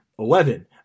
Eleven